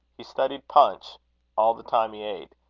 he studied punch all the time he ate,